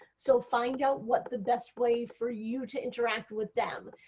so find out what the best way for you to interact with them.